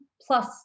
plus